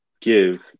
give